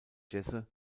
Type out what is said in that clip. jesse